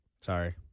Sorry